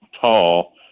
tall